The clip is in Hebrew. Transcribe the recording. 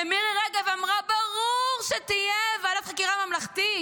שמירי רגב אמרה: ברור שתהיה ועדת חקירה ממלכתית,